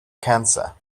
cancer